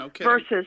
versus